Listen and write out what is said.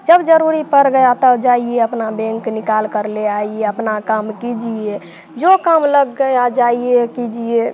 जब ज़रूरी पड़ गया तब जाइए तब अपना बैंक निकालकर ले आइए अपना काम कीजिए जो काम लग गया जाइए कीजिए